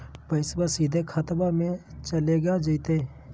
पैसाबा सीधे खतबा मे चलेगा जयते?